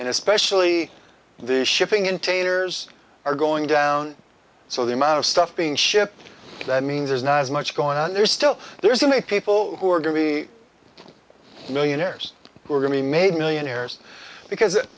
and especially the shipping in taters are going down so the amount of stuff being shipped that means there's not as much going on there is still there isn't a people who are to me millionaires who are going to be made millionaires because it